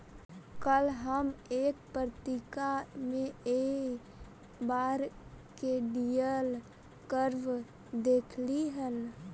कल हम एक पत्रिका में इ बार के यील्ड कर्व देखली हल